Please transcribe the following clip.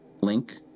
link